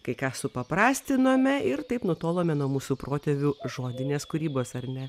kai ką supaprastinome ir taip nutolome nuo mūsų protėvių žodinės kūrybos ar ne